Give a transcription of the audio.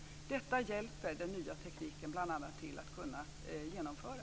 Detta hjälper den nya tekniken bl.a. till att genomföra.